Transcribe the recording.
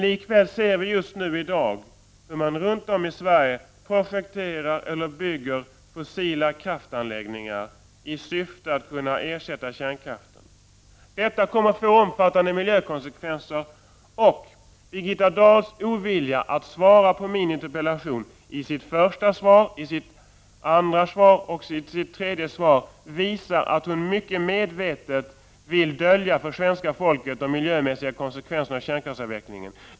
Likväl ser vi just i dag hur man runt om i Sverige projekterar eller bygger fossilkraftsanläggningar i syfte att ersätta kärnkraften. Detta kommer att få omfattande miljökonsekvenser. Birgitta Dahls ovilja att svara på min interpellation i sitt första svar, i sitt andra svar och i sitt tredje svar visar att hon mycket medvetet vill dölja för svenska folket de miljömässiga konsekvenserna av kärnkraftsavvecklingen.